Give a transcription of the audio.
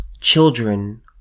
children